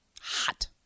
Hot